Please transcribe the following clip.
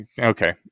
okay